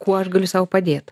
kuo aš galiu sau padėt